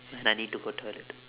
and I need to go toilet